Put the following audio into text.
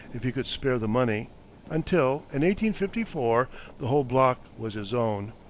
if he could spare the money until in one fifty four the whole block was his own.